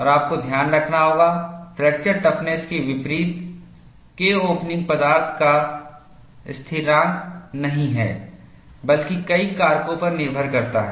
और आपको ध्यान रखना होगा फ्रैक्चर टफनेस के विपरीत K ओपनिंग पदार्थ का स्थिरांक नहीं है बल्कि कई कारकों पर निर्भर करता है